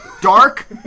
dark